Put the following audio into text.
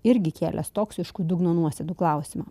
irgi kėlęs toksiškų dugno nuosėdų klausimą